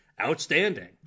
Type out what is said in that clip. outstanding